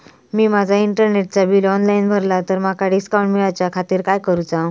मी माजा इंटरनेटचा bill online भरला तर माका डिस्काउंट मिलाच्या खातीर काय करुचा?